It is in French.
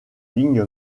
ligne